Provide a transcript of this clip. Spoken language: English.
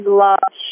love